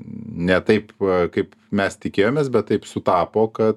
ne taip kaip mes tikėjomės bet taip sutapo kad